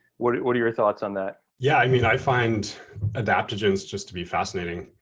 what are what are your thoughts on that? yeah, i mean, i find adaptogens just to be fascinating.